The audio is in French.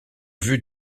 vue